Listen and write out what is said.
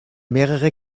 mehrere